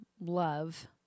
love